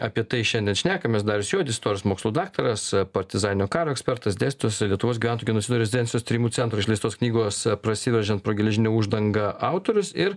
apie tai šiandien šnekamės darius juodis istorijos mokslų daktaras partizaninio karo ekspertas dėstytojas ir lietuvos gyventojų genocido ir rezistencijos tyrimų centro išleistos knygos prasiveržiant pro geležinę uždangą autorius ir